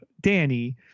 Danny